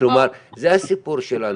זה הסיפור שלנו.